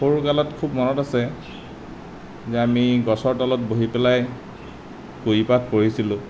সৰু কালত খুব মনত আছে যে আমি গছৰ তলত বহি পেলাই কুঁহিপাত পঢ়িছিলোঁ